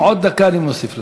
עוד דקה אני מוסיף לך.